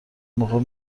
موقع